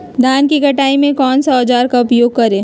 धान की कटाई में कौन सा औजार का उपयोग करे?